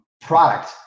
product